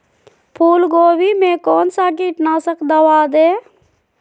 फूलगोभी में कौन सा कीटनाशक दवा दे?